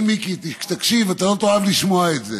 כן, מיקי, תקשיב, אתה לא תאהב לשמוע את זה.